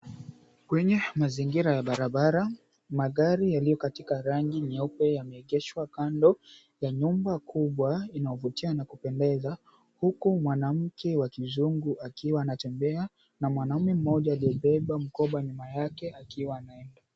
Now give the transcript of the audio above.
Kwenye mazingira ya barabara magari yaliyo katika rangi nyeupe yameegeshwa kando ya nyumba kubwa inayovutia na kupendeza huku mwanamke wa kizungu akiwa anatembea na mwanamume mmoja aliyebeba mkoba nyuma yake huku akiwa anaenda.